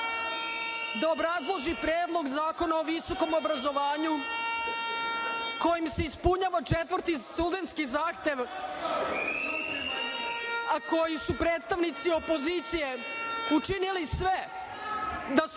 da obrazloži predlog zakona o visokom obrazovanju kojim se ispunjava četvrti studentski zahtev, a koji su predstavnici opozicije učinili sve da se